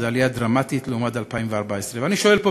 וזו עלייה דרמטית לעומת 2014. ואני שואל פה,